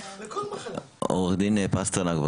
להודיע למנכ"ל משרד הבריאות שאני